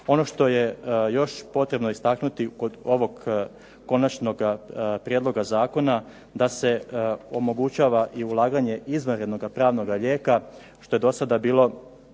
Ono što je još potrebno istaknuti kod ovog konačnog prijedloga zakona da se omogućava i ulaganje izvanrednoga pravnoga lijeka što je dosada bilo